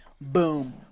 boom